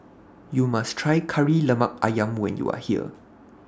YOU must Try Kari Lemak Ayam when YOU Are here